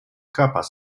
körpers